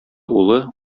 улы